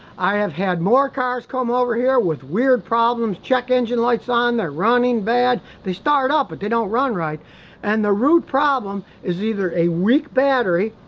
i have had more cars come over here with weird problems, check engine lights on, they're running bad, they start up but they don't run right and the root problem is either a weak battery,